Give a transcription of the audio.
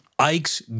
Ike's